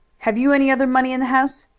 have you any other money in the house?